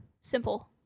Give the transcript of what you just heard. simple